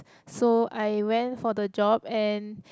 so I went for the job and